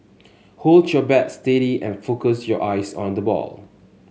hold your bat steady and focus your eyes on the ball